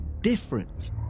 different